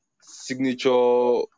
signature